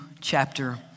chapter